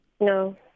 No